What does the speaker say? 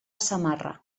samarra